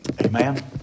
Amen